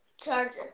charger